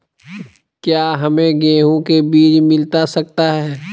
क्या हमे गेंहू के बीज मिलता सकता है?